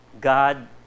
God